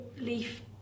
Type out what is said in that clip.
LEAF